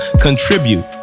contribute